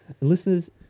Listeners